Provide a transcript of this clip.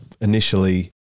initially